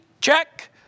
check